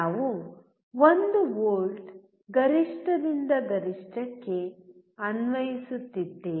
ನಾವು 1 ವೋಲ್ಟ್ ಗರಿಷ್ಠದಿಂದ ಗರಿಷ್ಠಕ್ಕೆ ಅನ್ವಯಿಸುತ್ತಿದ್ದೇವೆ